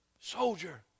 soldier